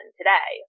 today